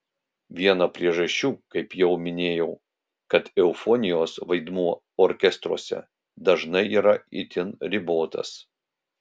viena priežasčių kaip jau ir minėjau kad eufonijos vaidmuo orkestruose dažnai yra itin ribotas